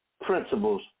principles